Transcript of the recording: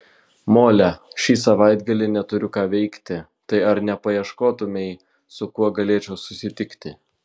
mole šį savaitgalį neturiu ką veikti tai ar nepaieškotumei su kuo galėčiau susitikti